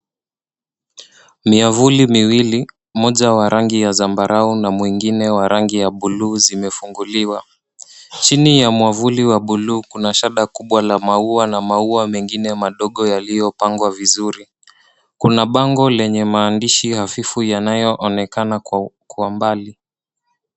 Miavuli miwili, moja wa rangi ya zambarau na mwingine wa rangi ya buluu zimefunguliwa. Chini ya mwavuli wa bluu kuna shada kubwa la maua na maua mengine madogo yaliyopangwa vizuri. Kuna bango lenye maandishi hafifu yanayoonekana kwa mbali.